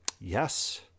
yes